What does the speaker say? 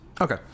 Okay